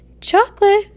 Chocolate